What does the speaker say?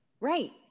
right